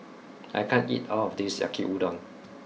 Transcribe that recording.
I can't eat all of this Yaki Udon